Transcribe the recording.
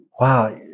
Wow